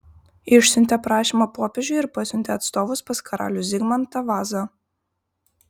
išsiuntė prašymą popiežiui ir pasiuntė atstovus pas karalių zigmantą vazą